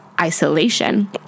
isolation